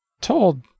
told